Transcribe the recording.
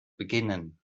beginnen